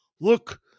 Look